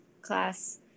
class